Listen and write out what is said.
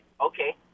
Okay